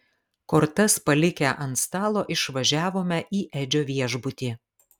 kortas palikę ant stalo išvažiavome į edžio viešbutį